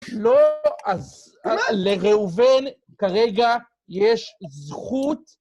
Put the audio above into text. לא, אז לראובן כרגע יש זכות